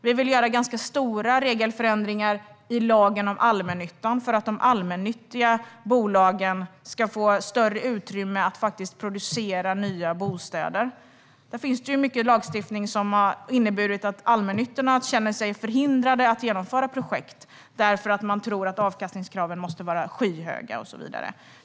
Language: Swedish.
Vi vill göra ganska stora regelförändringar i lagen om allmännyttan för att de allmännyttiga bolagen ska få större utrymme att producera nya bostäder. Det finns mycket lagstiftning som har inneburit att allmännyttorna känner sig förhindrade att genomföra projekt därför att man tror att avkastningskraven måste vara skyhöga och så vidare.